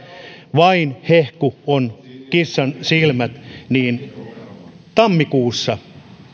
vain hehku on kissan silmät kun juuri tammikuussa